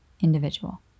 individual